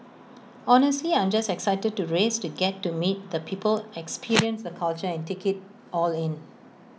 honestly I'm just excited to race to get to meet the people experience the culture and take IT all in